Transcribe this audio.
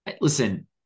listen